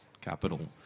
capital